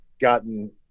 gotten